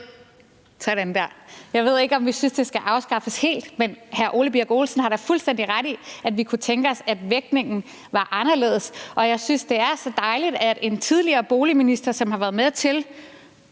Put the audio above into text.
Jeg ved ikke, om vi synes, det skal afskaffes helt, men hr. Ole Birk Olesen har da fuldstændig ret i, at vi kunne tænke os, at vægtningen var anderledes, og jeg synes, det er så dejligt, at en tidligere boligminister, som har været med til